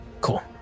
Cool